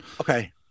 okay